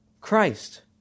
Christ